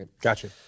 Gotcha